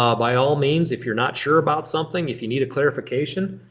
ah by all means if you're not sure about something, if you need a clarification,